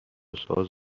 ساز